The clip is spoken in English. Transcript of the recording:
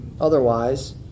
otherwise